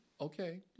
Okay